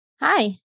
Hi